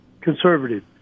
conservative